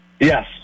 Yes